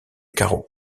caro